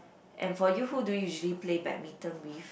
and for you who do you usually play badminton with